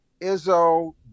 Izzo